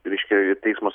reiškia ir teismas